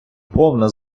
повна